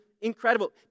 incredible